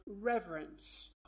reverence